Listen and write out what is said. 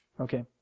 Okay